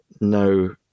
no